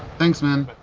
thanks, man!